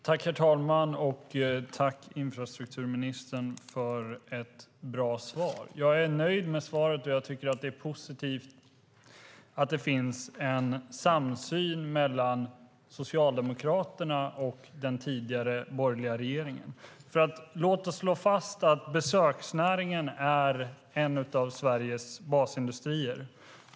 Herr talman! Tack, infrastrukturministern, för ett bra svar! Jag är nöjd med svaret, och jag tycker att det är positivt att det finns en samsyn mellan Socialdemokraterna och den tidigare borgerliga regeringen. Låt oss slå fast att besöksnäringen är en av Sveriges basindustrier.